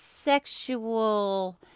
sexual